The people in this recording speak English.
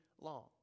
long